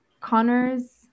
Connors